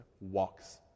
walks